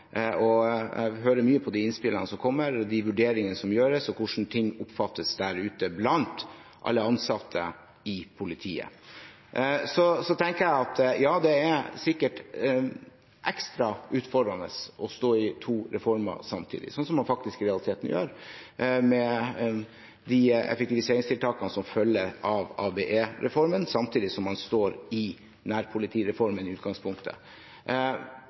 og jeg hører mye på de innspillene som kommer, og de vurderingene som gjøres, og hvordan ting oppfattes der ute blant alle ansatte i politiet. Så tenker jeg at ja, det er sikkert ekstra utfordrende å stå i to reformer samtidig, som man i realiteten gjør med de effektiviseringstiltakene som følger av ABE-reformen, samtidig som man står i nærpolitireformen i utgangspunktet.